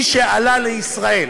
מי שעלה לישראל